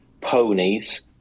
ponies